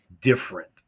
different